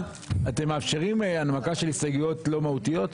אתם מאפשרים הנמקה של הסתייגויות לא מהותיות?